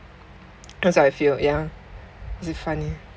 that's how I feel ya cause it funny